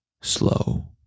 slow